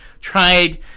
tried